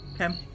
Okay